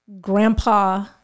grandpa